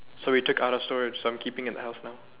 so we take out of storage so I'm keeping at the house now